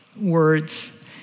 words